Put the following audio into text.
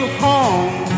home